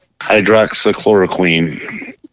hydroxychloroquine